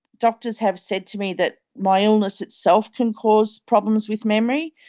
doctors have said to me that my illness itself can cause problems with memory,